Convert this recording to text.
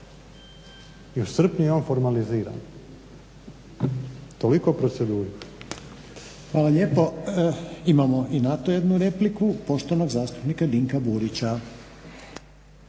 i u srpnju je on formaliziran. Toliko o proceduri. **Reiner, Željko (HDZ)** Hvala lijepo. Imamo i na to jednu repliku poštovanog zastupnika Dinka Burića.